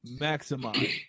maximize